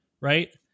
right